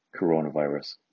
coronavirus